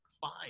fine